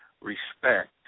respect